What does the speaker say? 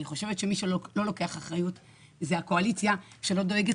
אני חושבת שמי שלא לוקח אחריות זה הקואליציה שלא דואגת